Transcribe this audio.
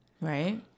Right